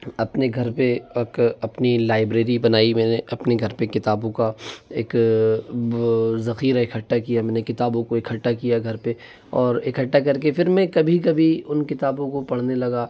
अपने घर पे अपनी लाइब्रेरी बनाई मैंने अपने घर पे किताबों का एक ज़ख़ीरा इकट्ठा किया मैंने किताबों को इकट्ठा किया घर पे और इकट्ठा करके फिर मैं कभी कभी उन किताबों को पढ़ने लगा